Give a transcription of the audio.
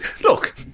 Look